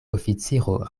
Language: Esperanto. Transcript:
oficiro